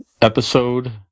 Episode